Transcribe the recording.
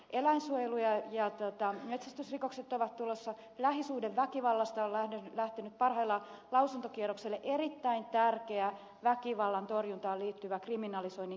eläinsuojelu ja metsästysrikokset ovat tulossa lähisuhdeväkivallasta on lähtenyt parhaillaan lausuntokierrokselle erittäin tärkeä väkivallan torjuntaan liittyvä kriminalisoinnin kiristäminen